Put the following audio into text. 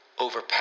overpower